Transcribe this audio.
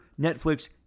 Netflix